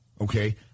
Okay